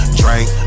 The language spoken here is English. drink